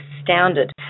astounded